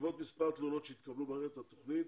בעקבות מספר תלונות שהתקבלו במערכת התוכנית,